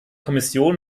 kommission